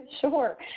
Sure